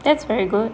that's very good